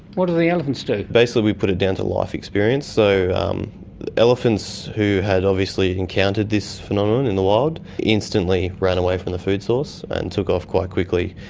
what did the elephants do? basically put it down to life experience. so um elephants who had obviously encountered this phenomenon and the wild instantly ran away from the food source and took off quite quickly,